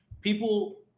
People